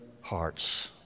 hearts